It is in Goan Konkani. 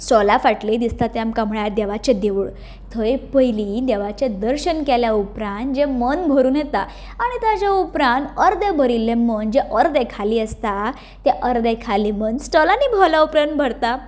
स्टोला फाटली दिसता ती आमकां म्हळ्यार देवाचें देवूळ थंय पयलीं देवाचे दर्शन केले उपरांत जे मन भरून येता आनी ताचे उपरांत अर्दे भरिल्ले मन जें अर्दें खाली आसता तें अर्दें खाली मन स्टोलानी भोंवल्या उपरांत भरता